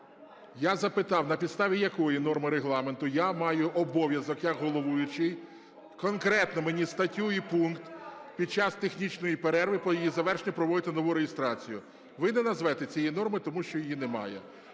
Я запитав: на підставі якої норми Регламенту я маю обов'язок як головуючий – конкретно мені статтю і пункт, – під час технічної перерви по її завершенню проводити нову реєстрацію? Ви не назвете цієї норми, тому що її немає.